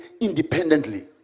independently